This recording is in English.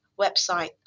website